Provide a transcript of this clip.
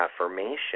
affirmation